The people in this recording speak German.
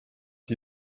die